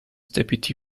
deputy